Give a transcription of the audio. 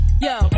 yo